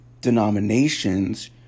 denominations